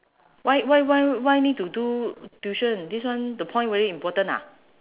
why why why why need to do tuition this one the point very important ah